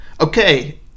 Okay